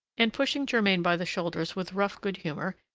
and, pushing germain by the shoulders with rough good-humor,